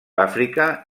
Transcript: àfrica